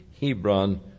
Hebron